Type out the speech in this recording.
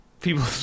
people